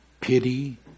pity